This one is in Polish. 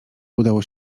udało